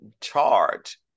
charge